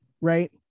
right